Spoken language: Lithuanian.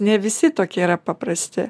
ne visi tokie yra paprasti